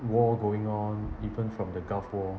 war going on even from the gulf war